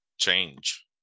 change